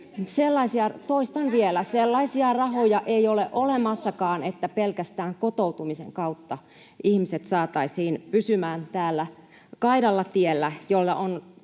Toistan vielä. Sellaisia rahoja ei ole olemassakaan, että pelkästään kotoutumisen kautta ihmiset, joilla on rikollisia tarkoitusperiä, saataisiin